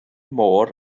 môr